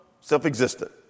self-existent